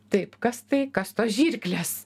taip kas tai kas tos žirklės